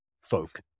folk